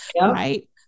Right